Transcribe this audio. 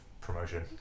promotion